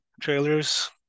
trailers